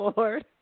Lord